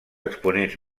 exponents